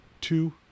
two